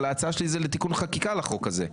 אלא ההצעה שלי זה לתיקון חקיקה על החוק הזה,